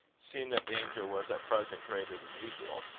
seeing that danger was at present greater than usual.